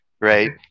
right